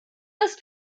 ist